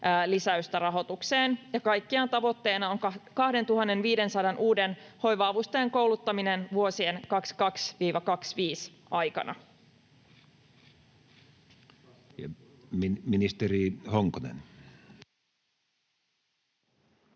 lisäystä rahoitukseen, ja kaikkiaan tavoitteena on 2 500 uuden hoiva-avustajan kouluttaminen vuosien 22—25 aikana. [Speech